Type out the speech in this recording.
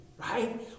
right